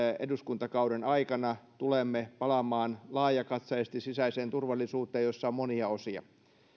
eduskuntakauden aikana tulemme palaamaan laajakatseisesti sisäiseen turvallisuuteen jossa on monia osia